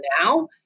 now